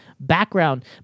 background